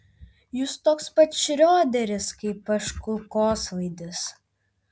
jūs toks pat šrioderis kaip aš kulkosvaidis